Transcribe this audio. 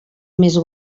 més